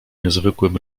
niezwykłym